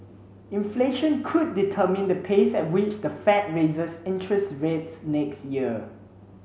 inflation could determine the pace at which the Fed raises interest rates next year